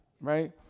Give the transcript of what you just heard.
right